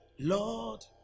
Lord